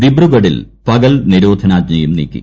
ദിബ്രൂഗഡിൽ പകൽ നിരോധനാജ്ഞയും നീക്കി